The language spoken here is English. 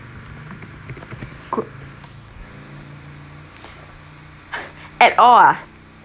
could at all ah